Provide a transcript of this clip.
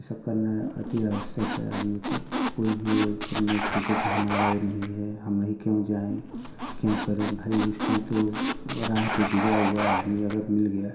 ये सब करना अति आवश्यकता है आदमी को कोई भी ये सब नहीं सोचे कि हमारा ये नहीं है हम नहीं क्यों जाएं क्यों करें भई उस टाइम तो वो राह पे गिरा हुआ है आदमी अगर मिल गया